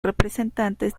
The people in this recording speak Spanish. representantes